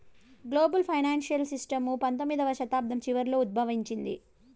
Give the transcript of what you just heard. global financial system పంతొమ్మిదవ శతాబ్దం చివరలో ఉద్భవించింది